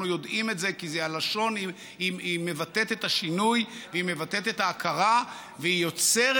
אנחנו יודעים כי הלשון מבטאת את השינוי ומבטאת את ההכרה והיא יוצרת